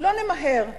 לא נמהר,